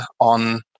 on